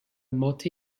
multi